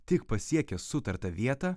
tik pasiekęs sutartą vietą